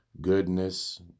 goodness